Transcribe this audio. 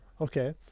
Okay